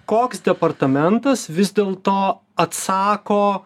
koks departamentas vis dėl to atsako